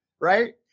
Right